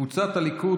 קבוצת סיעת הליכוד,